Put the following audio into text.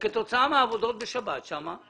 שכתוצאה מהעבודות בשבת שם,